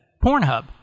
Pornhub